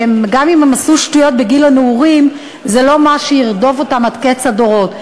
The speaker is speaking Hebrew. שגם אם הם עשו שטויות בגיל הנעורים זה לא מה שירדוף אותם עד קץ הדורות.